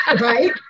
right